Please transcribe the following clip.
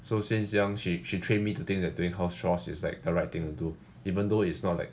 so since young she she trained me to think that doing house chores is like the right thing do even though it's not like